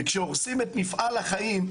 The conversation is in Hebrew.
כשהורסים את מפעל החיים,